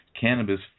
Cannabis